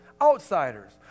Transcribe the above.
outsiders